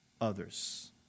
others